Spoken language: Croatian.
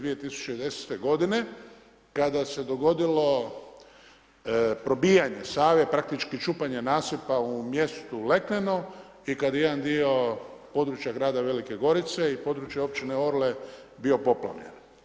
2010. g. kada s je dogodilo probijanje Save, praktički čupanje nasipa u mjestu Lekneno i kada je jedan dio područja grada Velike Gorice i područja općine Orle bio poplavljen.